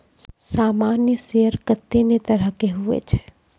सामान्य शेयर कत्ते ने तरह के हुवै छै